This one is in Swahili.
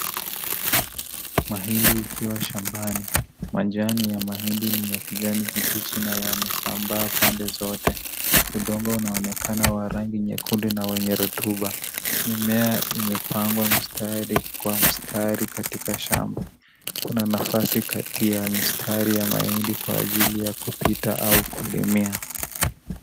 Mahindi ikiwa shambani, majani ya mahindi ni ya kijani kibichi na yame sambaa pande zote, udongo unaonekana wa rangi nyekundu na wenye rotuba, mimea imepangwa mstari, kwa mstari katika shamba, kuna nafasi kati ya mistari ya mahindi kwa ajili ya kupita au kulimia.